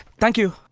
thank you.